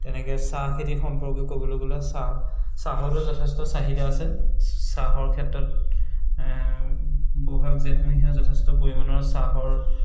তেনেকে চাহ খেতি সম্পৰ্কে কবলৈ গ'লে চাহ চাহৰো যথেষ্ট চাহিদা আছে চাহৰ ক্ষেত্ৰত ব'হাগ জেঠমহীয়া যথেষ্ট পৰিমাণৰ চাহৰ